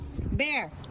Bear